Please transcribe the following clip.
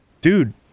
dude